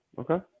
Okay